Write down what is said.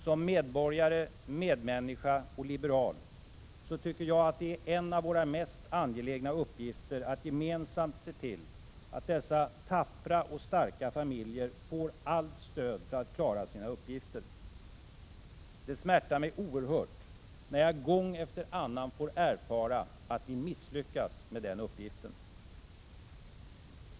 Som medborgare, medmänniska och liberal tycker jag det är en av våra mest angelägna uppgifter att gemensamt se till att dessa tappra och starka familjer får allt stöd för att klara sina uppgifter. Det smärtar mig oerhört när jag gång efter annan får erfara att vi misslyckas med detta.